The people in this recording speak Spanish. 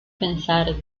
pensar